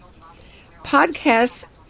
Podcasts